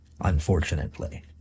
unfortunately